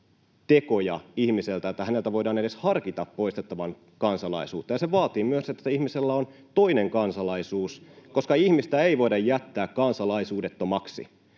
tekoja ihmiseltä, että häneltä voidaan edes harkita poistettavan kansalaisuutta. Se vaatii myös, että ihmisellä on toinen kansalaisuus, [Kimmo Kiljunen: Meillä on rikoslaki